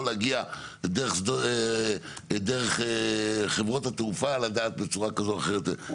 להגיע דרך חברות התעופה ולדעת בצורה כזו או אחרת.